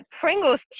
Pringles